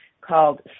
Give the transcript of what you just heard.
called